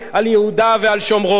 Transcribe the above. על יהודה ועל שומרון,